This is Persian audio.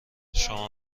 شما